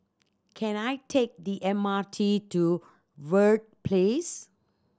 can I take the M R T to Verde Place